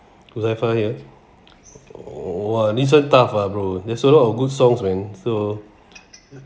huzaifal here !wah! this one tough ah bro there's a lot of good songs man so